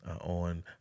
on